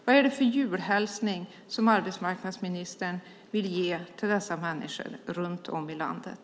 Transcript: Vad är det för julhälsning arbetsmarknadsministern vill ge till dessa människor runt om i landet?